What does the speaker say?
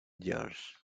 george